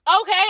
Okay